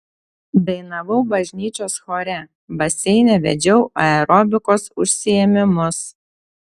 dainavau bažnyčios chore baseine vedžiau aerobikos užsiėmimus